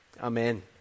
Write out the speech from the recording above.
Amen